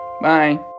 bye